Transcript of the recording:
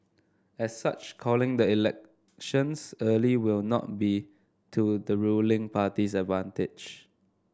as such calling the elections early will not be to the ruling party's advantage